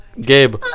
Gabe